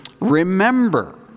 remember